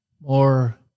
more